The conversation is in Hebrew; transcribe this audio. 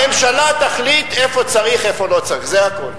הממשלה תחליט איפה צריך, איפה לא צריך, זה הכול.